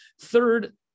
Third